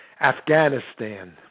Afghanistan